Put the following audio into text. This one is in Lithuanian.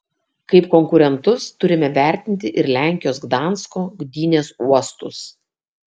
kaip konkurentus turime vertinti ir lenkijos gdansko gdynės uostus